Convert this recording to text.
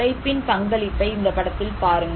உழைப்பின் பங்களிப்பை இந்த படத்தில் பாருங்கள்